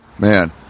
Man